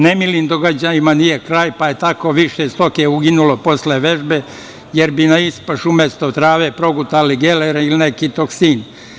Nemilim događajima nije kraj, pa je tako više stoke uginulo posle vežbe, jer bi na ispašu umesto trave progutali gelere ili neki toksin.